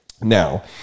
Now